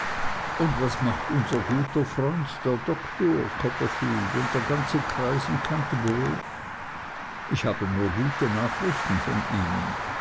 und was macht unser guter freund der doktor copperfield und der ganze kreis in canterbury ich hab nur gute nachrichten von ihnen